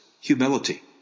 Humility